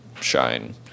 shine